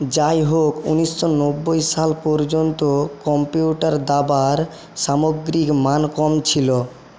যাই হোক উনিশশো নব্বই সাল পর্যন্ত কম্পিউটার দাবার সামগ্রিক মান কম ছিলো